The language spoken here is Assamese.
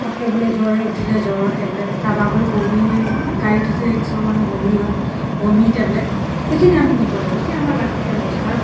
ফটককৈ বোলে জ্বৰে উঠিলে জ্বৰৰ টেবলেট কাৰোবাৰ বোলে বমি গাড়ীত উঠিলে কিছুমান মানুহৰ বমি হয় বমিৰ টেবলেট এইখিনি আমি নিব লাগিব এইখিনি আমাৰ লাগতিয়াল বস্তু আৰু